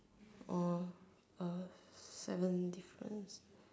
uh uh seven difference